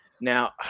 Now